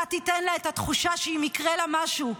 אתה תיתן לה את התחושה שאם יקרה לה משהו,